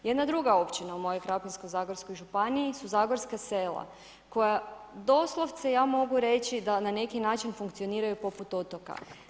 Jedna druga općina u mojoj Krapinsko-zagorskoj županiji su Zagorska Sela koja doslovce, ja mogu reći da na neki način funkcioniraju poput otoka.